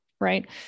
right